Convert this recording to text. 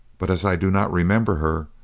but as i do not remember her,